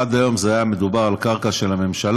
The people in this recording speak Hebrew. עד היום היה מדובר על קרקע של הממשלה,